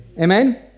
Amen